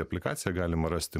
aplikaciją galima rasti